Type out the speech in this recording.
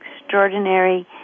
extraordinary